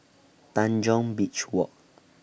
Tanjong Beach Walk